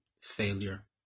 failure